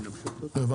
הבנתי.